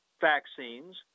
vaccines